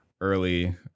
Early